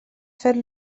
fer